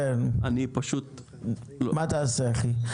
מה תעשה, אחי?